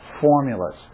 formulas